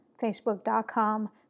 facebook.com